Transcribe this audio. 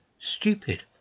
stupid